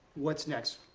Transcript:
what's next?